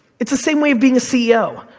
it's the same way of being a ceo.